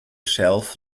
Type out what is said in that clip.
shelf